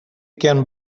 can